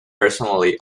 personally